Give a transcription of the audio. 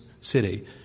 city